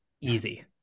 easy